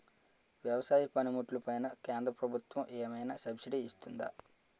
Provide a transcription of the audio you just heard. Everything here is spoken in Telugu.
వ్యవసాయ పనిముట్లు పైన కేంద్రప్రభుత్వం ఏమైనా సబ్సిడీ ఇస్తుందా?